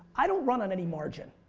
i don't run on any margin.